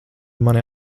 mani